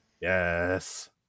yes